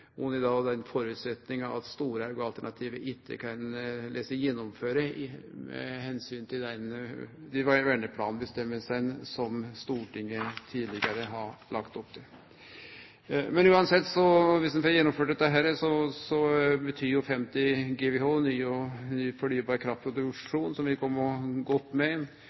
er søkt om, under den føresetnaden at Storhaugen-alternativet ikkje kan la seg gjennomføre av omsyn til dei føresegnene i verneplanen som Stortinget tidlegare har lagt opp til. Om ein får gjennomført dette, betyr det 50 GWh ny og fornybar kraftproduksjon som vil kome godt med.